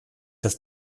dass